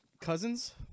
Cousins